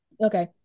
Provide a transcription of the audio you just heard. Okay